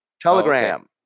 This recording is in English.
Telegram